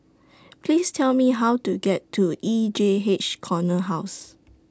Please Tell Me How to get to E J H Corner House